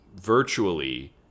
virtually